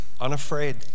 unafraid